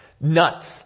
nuts